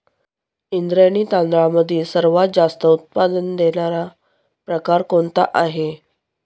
इंद्रायणी तांदळामधील सर्वात जास्त उत्पादन देणारा प्रकार कोणता आहे?